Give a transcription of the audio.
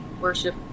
worship